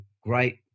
great